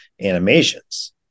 animations